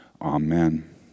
Amen